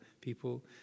people